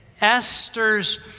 Esther's